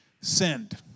send